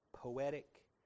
poetic